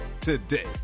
today